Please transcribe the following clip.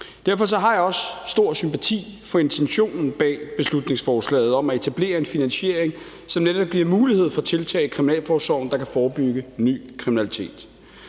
Derfor har jeg også stor sympati for intentionen bag beslutningsforslaget om at etablere en finansiering, som netop giver mulighed for tiltag i kriminalforsorgen, der kan forebygge ny kriminalitet.